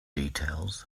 details